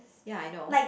ya I know